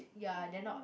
ya dare not